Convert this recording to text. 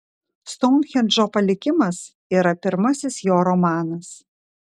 stounhendžo palikimas yra pirmasis jo romanas